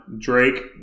Drake